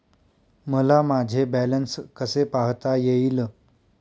मला माझे बॅलन्स कसे पाहता येईल?